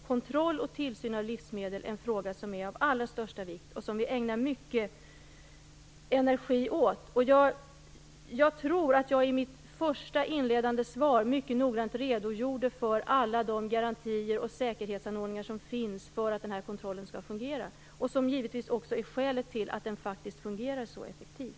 Kontroll av och tillsyn över livsmedel är en fråga av allra största vikt, som vi ägnar mycket energi åt. I mitt inledande svar redogjorde jag mycket noggrant för alla de garantier och säkerhetsanordningar som finns för att den här kontrollen skall fungera och som givetvis också är skälet till att den faktiskt fungerar så effektivt.